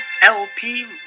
LP